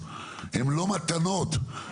הן לא מתנות,